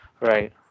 Right